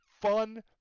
fun